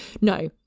no